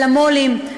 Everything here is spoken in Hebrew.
על המו"לים,